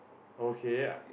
okay